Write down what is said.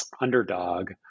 underdog